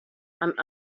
and